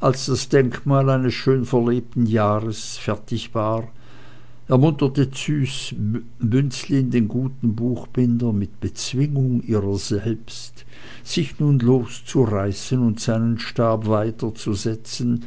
als das denkmal eines schön verlebten jahrs fertig war ermunterte züs bünzlin den guten buchbinder mit bezwingung ihrer selbst sich nun loszureißen und seinen stab weiterzusetzen